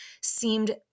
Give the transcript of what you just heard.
seemed